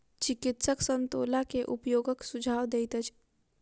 चिकित्सक संतोला के उपयोगक सुझाव दैत अछि